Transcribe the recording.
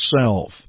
self